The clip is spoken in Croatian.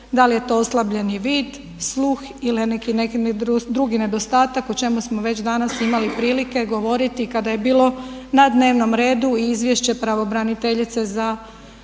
da li je to oslabljeni vid, sluh ili neki drugi nedostatak o čemu smo već danas imali prilike govoriti kada je bilo na dnevnom redu Izvješće pravobraniteljice za